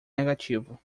negativo